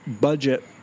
budget